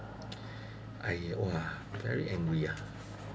I !wah! very angry ah